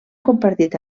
compartit